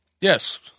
Yes